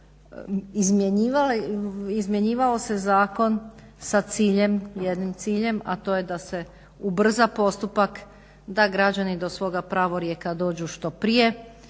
izmjenjivao se zakon sa jednim ciljem, a to je da se ubrza postupak da građani do svoga pravorijeka dođu što prije,